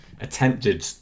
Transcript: attempted